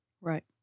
right